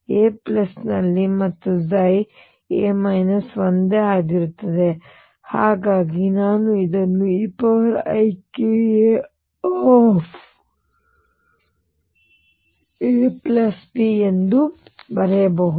a ನಲ್ಲಿ ಮತ್ತು a ಒಂದೇ ಆಗಿರುತ್ತದೆ ಹಾಗಾಗಿ ನಾನು ಇದನ್ನು eikaAB ಎಂದು ಬರೆಯಬಹುದು